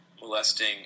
molesting